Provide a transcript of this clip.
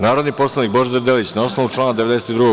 Narodni poslanik Božidar Delić, na osnovu člana 92.